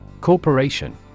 Corporation